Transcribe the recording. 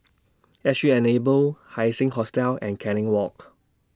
S G Enable Haising Hostel and Canning Walk